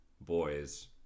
boys